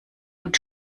und